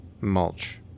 mulch